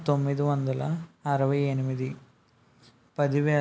ఐదు ఏడు రెండు వేల నాలుగు